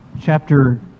chapter